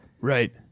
Right